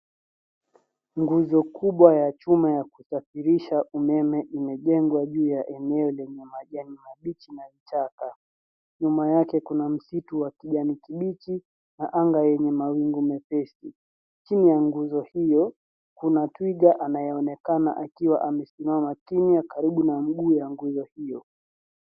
Nguzo kubwa ya chuma ya kusafirisha umeme limejengwa juu ya eneo lenye majani mabichi na vichaka. Nyuma yake kuna msitu wa kijani kibichi na anga yenye mawingu mepesi. Chini ya nguzo hiyo, kuna twiga anayeonekana akiwa amesimama chini ya karibu na mguu ya nguzo hiyo.